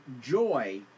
joy